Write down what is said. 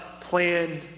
plan